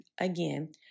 Again